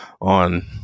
on